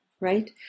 right